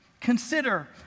Consider